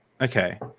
okay